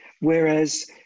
whereas